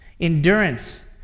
Endurance